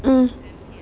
mm